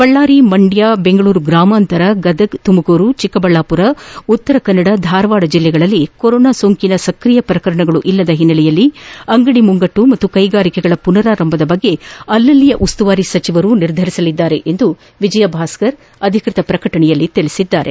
ಬಳ್ಳಾರಿ ಮಂಡ್ಯ ದೆಂಗಳೂರು ಗ್ರಾಮಾಂತರ ಗದಗ ತುಮಕೂರು ಚಿಕ್ಕಬಳ್ಳಾಪುರ ಉತ್ತರ ಕನ್ನಡ ಧಾರವಾಡ ಜಿಲ್ಲೆಗಳಲ್ಲಿ ಕೊರೊನಾ ಸೋಂಕಿನ ಸ್ತ್ರಿಯ ಪ್ರಕರಣಗಳಲ್ಲದ ಹಿನ್ನೆಲೆಯಲ್ಲಿ ಅಂಗಡಿ ಮುಂಗಟ್ಟು ಮತ್ತು ಕೈಗಾರಿಕೆಗಳಪುನರಾರಂಭದ ಬಗ್ಗೆ ಅಲ್ಲಲ್ಲಿಯ ಉಸ್ತುವಾರಿ ಸಚಿವರು ನಿರ್ಧರಿಸುತ್ತಾರೆ ಎಂದು ವಿಜಯ ಭಾಸ್ಕರ್ ಅಧಿಕೃತ ಪ್ರಕಟಣೆಯಲ್ಲಿ ತಿಳಿಸಿದ್ದಾರೆ